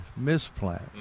misplant